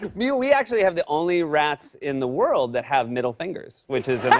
i mean we actually have the only rats in the world that have middle fingers, which is